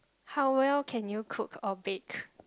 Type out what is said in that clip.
how well can you cook or bake